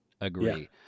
agree